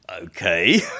Okay